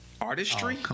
artistry